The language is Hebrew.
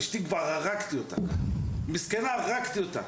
אשתי כבר הרגתי אותה מסכנה, הרגתי אותה.